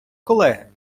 колеги